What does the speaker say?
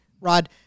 Rod